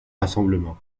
rassemblements